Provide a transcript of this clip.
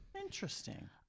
interesting